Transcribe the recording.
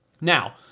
Now